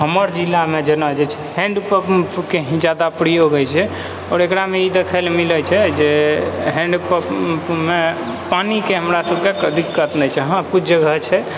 हमर जिलामे जेना जे छै हैण्ड पम्प के ही जादा प्रयोग होइ छै आओर एकरामे ई देखै लअ मिलै छै जे हैण्ड पम्पमे पानिके हमरासभके दिक्कत नहि छै हँ किछु जगह छै